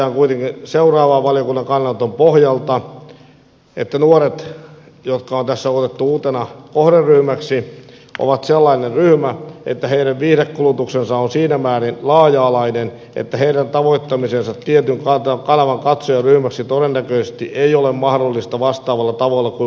totean kuitenkin seuraavaa valiokunnan kannanoton pohjalta että nuoret jotka on tässä otettu uutena kohderyhmäksi on sellainen ryhmä että heidän viihdekulutuksensa on siinä määrin laaja alainen että heidän tavoittamisensa tietyn kanavan katsojaryhmäksi todennäköisesti ei ole mahdollista vastaavalla tavalla kuin vanhempien ikäryhmien